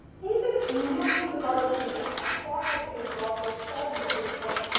even if millions of other people have thought the same thoughts, or solved the same problems,